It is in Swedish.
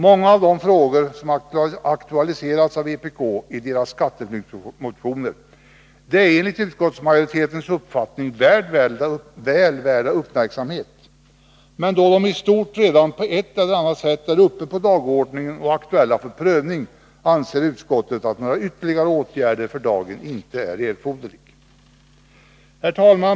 Många av de frågor som aktualiserats av vpk i deras skatteflyktsmotioner är enligt utskottsmajoritetens uppfattning väl värda uppmärksamhet, men då de i stort sett redan på ett eller annat sätt är uppe på dagordningen och aktuella för prövning anser utskottet att någon ytterligare åtgärd för dagén inte är erforderlig. Herr talman!